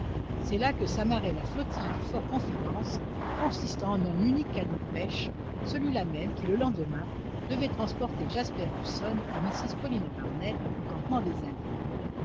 c'est là que s'amarrait la flottille du fort confidence consistant en un unique canot de pêche celui-là même qui le lendemain devait transporter jasper hobson et mrs paulina barnett au campement des indiens